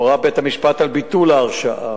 הורה בית-המשפט על ביטול ההרשעה,